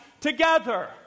together